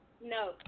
No